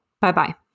Bye-bye